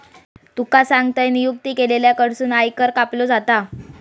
तुका सांगतंय, नियुक्त केलेल्या कडसून आयकर कापलो जाता